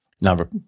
number